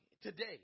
today